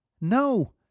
no